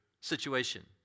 situation